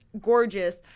Gorgeous